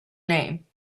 name